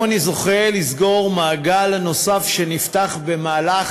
אני זוכה לסגור מעגל נוסף שנפתח במהלך